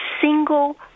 single